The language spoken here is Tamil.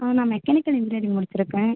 ஆ நான் மெக்கானிக்கல் இன்ஜினீயரிங் முடிச்சுருக்கேன்